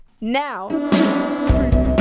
now